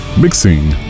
Mixing